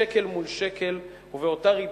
שקל מול שקל, ובאותה ריבית,